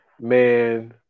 Man